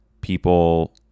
people